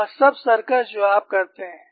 वह सब सर्कस जो आप करते हैं